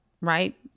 right